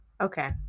Okay